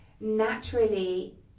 naturally